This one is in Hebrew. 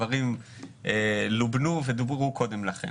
הדברים לובנו ודוברו קודם לכן.